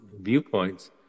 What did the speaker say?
viewpoints